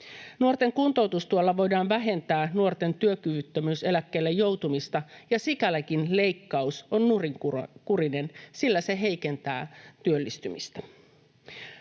Nuorten kuntoutustuella voidaan vähentää nuorten työkyvyttömyyseläkkeelle joutumista, ja sikälikin leikkaus on nurinkurinen, että se heikentää työllistymistä.